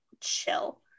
chill